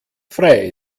frei